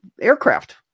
aircraft